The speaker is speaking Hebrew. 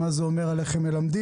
מה זה אומר על איך הם מלמדים.